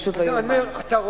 פשוט לא יאומן, מנותק.